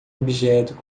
objeto